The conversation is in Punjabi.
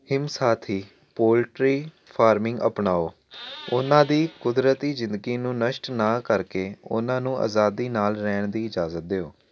ਹਿਮਸਾਥੀ ਪੋਲਟਰੀ ਫਾਰਮਿੰਗ ਅਪਣਾਓ ਉਹਨਾਂ ਦੀ ਕੁਦਰਤੀ ਜ਼ਿੰਦਗੀ ਨੂੰ ਨਸ਼ਟ ਨਾ ਕਰਕੇ ਉਹਨਾਂ ਨੂੰ ਆਜ਼ਾਦੀ ਨਾਲ ਰਹਿਣ ਦੀ ਇਜਾਜ਼ਤ ਦਿਓ